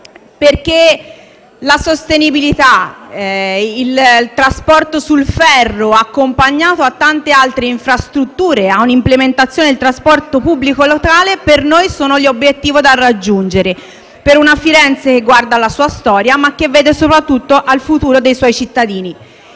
perché la sostenibilità e il trasporto su ferro, accompagnato da tante altre infrastrutture e da un'implementazione del trasporto pubblico locale, sono per noi l'obiettivo da raggiungere per una Firenze che guarda alla sua storia, ma - soprattutto - al futuro dei suoi cittadini.